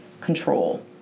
control